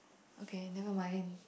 okay never mind